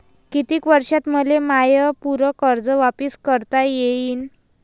कितीक वर्षात मले माय पूर कर्ज वापिस करता येईन?